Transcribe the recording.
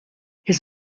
his